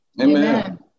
Amen